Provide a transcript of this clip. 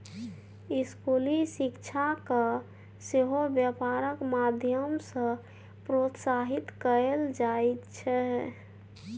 स्कूली शिक्षाकेँ सेहो बेपारक माध्यम सँ प्रोत्साहित कएल जाइत छै